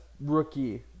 rookie